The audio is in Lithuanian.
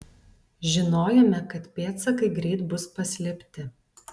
žinojome kad pėdsakai greit bus paslėpti